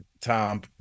Tom